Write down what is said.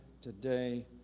today